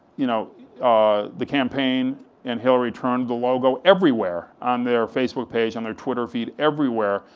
you know the campaign and hillary turned the logo everywhere, on their facebook page, on their twitter feed, everywhere,